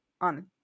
on